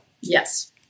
Yes